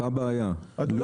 אותה בעיה, לול מוסב.